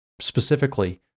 Specifically